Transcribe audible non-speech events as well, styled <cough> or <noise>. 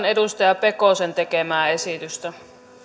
<unintelligible> edustaja pekosen tekemää esitystä